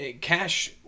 Cash